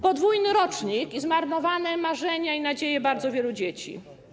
Podwójny rocznik i zmarnowane marzenia i nadzieje bardzo wielu dzieci.